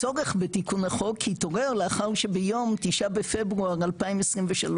הצורך לתיקון החוק התעורר לאחר שביום 9 בפברואר 2023,